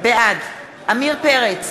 בעד עמיר פרץ,